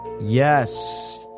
Yes